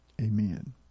Amen